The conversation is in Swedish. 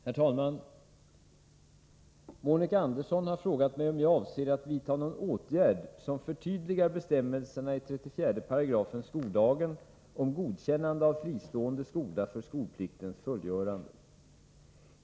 Herr talman! Monica Andersson har frågat mig om jag avser att vidta någon åtgärd som förtydligar bestämmelserna i 34 § skollagen om godkännande av fristående skola för skolpliktens fullgörande.